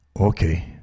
Okay